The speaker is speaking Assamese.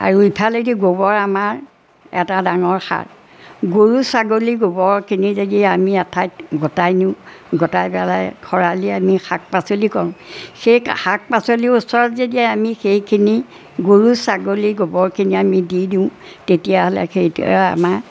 আৰু ইফালেদি গোবৰ আমাৰ এটা ডাঙৰ সাৰ গৰু ছাগলী গোবৰখিনি যদি আমি এঠাইত গটাই নিওঁ গোটাই পেলাই খৰালি আমি শাক পাচলি কৰোঁ সেই শাক পাচলিৰ ওচৰত যদি আমি সেইখিনি গৰু ছাগলী গোবৰখিনি আমি দি দিওঁ তেতিয়াহ'লে সেইটোৱে আমাৰ